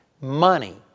money